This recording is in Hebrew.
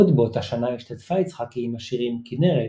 עוד באותה שנה השתתפה יצחקי עם השירים "כנרת"